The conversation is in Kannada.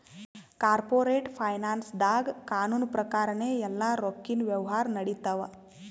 ಕಾರ್ಪೋರೇಟ್ ಫೈನಾನ್ಸ್ದಾಗ್ ಕಾನೂನ್ ಪ್ರಕಾರನೇ ಎಲ್ಲಾ ರೊಕ್ಕಿನ್ ವ್ಯವಹಾರ್ ನಡಿತ್ತವ